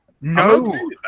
no